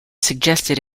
suggested